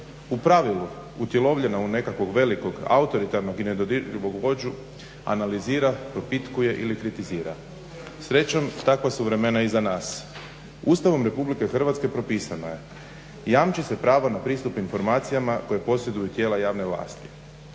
u pravilu utjelovljena u nekakvog velikog autoritarnog i nedodirljivog vođu analizira, propitkuje ili kritizira. Srećom takva su vremena izdana. Ustavom RH propisano je: „Jamči se pravo na pristup informacijama koje posjeduju tijela javne vlasti.“